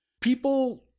People